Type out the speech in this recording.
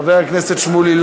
חבר הכנסת שמולי,